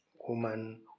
woman